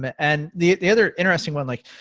but and the the other interesting one, like,